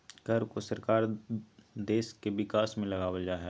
कर को सरकार द्वारा देश के विकास में लगावल जा हय